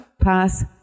Pass